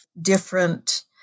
different